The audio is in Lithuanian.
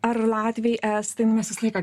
ar latviai estai nu mes visą laiką